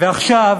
ועכשיו,